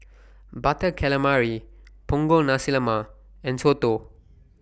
Butter Calamari Punggol Nasi Lemak and Soto